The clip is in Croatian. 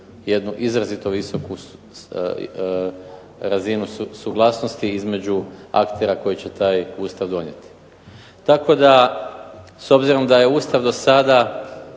izrazitu visoku razinu suglasnosti između aktera koji će taj Ustav donijeti. Tako da s obzirom da je Ustav do sada